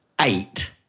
eight